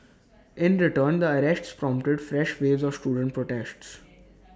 in return the arrests prompted fresh waves of student protests